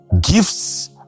Gifts